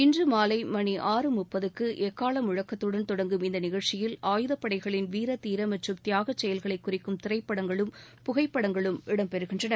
இன்று மாலை மணி ஆறு முப்பதுக்கு எக்கா முழக்கத்துடன் தொடங்கும் இந்த நிகழ்ச்சியில் ஆயுதப்படைகளின் வீர தீர மற்றும் தியாகச் செயல்களை குறிக்கும் திரைப்படங்களும் புகைப்படங்களும் இடம்பெறுகின்றன